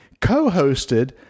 co-hosted